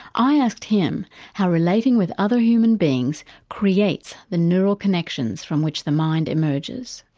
i asked him how relating with other human beings creates the neural connections from which the mind emerges.